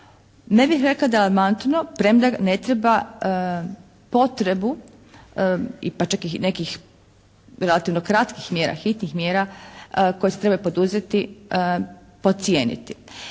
Ne bih rekla da je alarmantno premda ne treba potrebu pa čak i nekih relativno kratkih mjera, hitnih mjera koje se trebaju poduzeti podcijeniti.